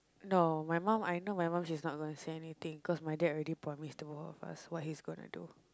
no my mum I know my mum she is not gonna say anything cause my dad already promise to go out first what he is gonna do